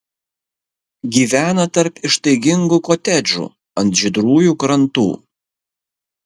gyvena tarp ištaigingų kotedžų ant žydrųjų krantų